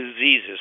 diseases